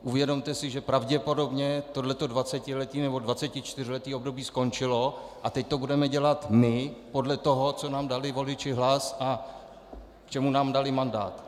Uvědomte se, že pravděpodobně tohle to dvacetiletí nebo dvacetičtyřleté období skončilo a teď to budeme dělat my podle toho, co nám dali voliči hlas a k čemu nám dali mandát.